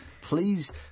Please